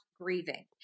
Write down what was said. grieving